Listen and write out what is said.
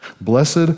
Blessed